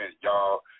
y'all